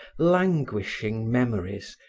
languishing memories,